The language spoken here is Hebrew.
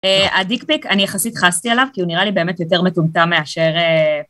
הדיקפיק אני יחסית חסתי עליו, כי הוא נראה לי באמת יותר מטומטם מאשר...